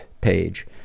page